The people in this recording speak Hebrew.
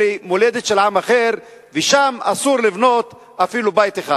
אלה מולדת של עם אחר ושם אסור לבנות אפילו בית אחד.